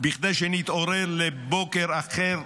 כדי שנתעורר לבוקר אחר,